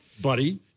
buddy